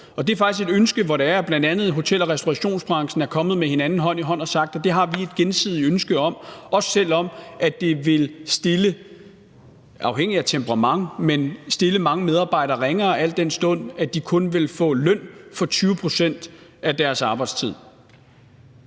det er faktisk sådan, at hotel- og restaurationsbranchen er kommet med hinanden i hånden og sagt: Det har vi et gensidigt ønske om, også selv om det – afhængig af temperament – vil stille mange medarbejdere ringere, al den stund at de kun vil få løn for 20 pct. af deres arbejdstid.